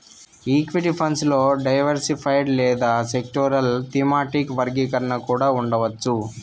equity funds లో diversified లేదా sectoral, thematic వర్గీకరణ కూడా ఉండవచ్చు